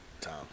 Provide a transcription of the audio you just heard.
Tom